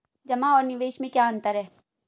जमा और निवेश में क्या अंतर है?